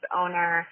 owner